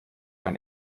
ein